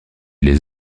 les